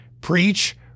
preach